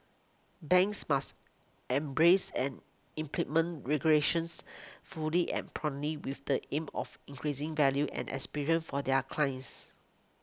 banks must embrace and implement regulations fully and promptly with the aim of increasing value and experience for their clients